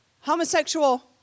homosexual